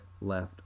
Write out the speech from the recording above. left